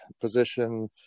position